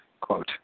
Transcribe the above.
quote